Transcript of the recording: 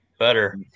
Better